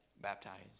baptized